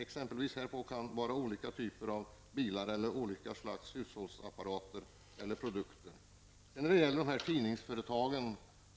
Exempel härpå kan vara olika typer av bilar eller olika slags hushållsapparater. Frågan om beskattningen